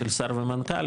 של שר ומנכ"ל,